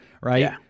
right